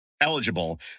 eligible